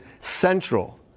central